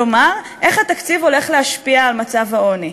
כלומר איך התקציב הולך להשפיע על מדדי העוני,